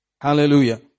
Hallelujah